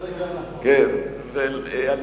בהכירי אותך ואת עמדותיך,